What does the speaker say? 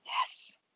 Yes